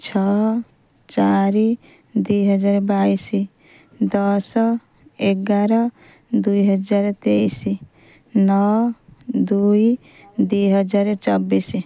ଛଅ ଚାରି ଦୁଇ ହଜାର ବାଇଶ ଦଶ ଏଗାର ଦୁଇ ହଜାର ତେଇଶ ନଅ ଦୁଇ ଦୁଇ ହଜାର ଚବିଶ